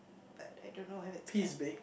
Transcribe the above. but I don't know if it's caps